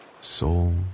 soul